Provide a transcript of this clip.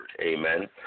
amen